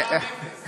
היה מע"מ אפס.